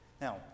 Now